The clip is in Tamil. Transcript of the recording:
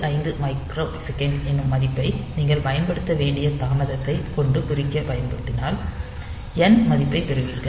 085 மைக்ரோ செகண்ட் என்னும் மதிப்பை நீங்கள் பயன்படுத்த வேண்டிய தாமதத்தை கொண்டு பிரிக்க பயன்படுத்தினால் n மதிப்பைப் பெறுவீர்கள்